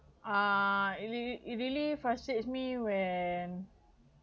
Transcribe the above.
uh it rea~ it really frustrates me when